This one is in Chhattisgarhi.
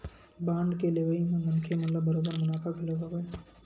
बांड के लेवई म मनखे मन ल बरोबर मुनाफा घलो हवय